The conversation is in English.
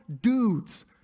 dudes